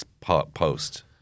post